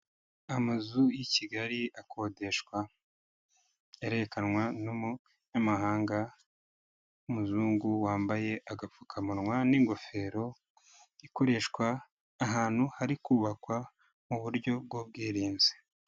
Amazu y'i Kigali akodeshwa arerekanwa n'umunyamahanga w'umuzungu, wambaye agapfukamunwa n'ingofero ikoreshwa ahantu hari kubakwa mu buryo bw'ubwirinzi.